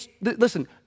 Listen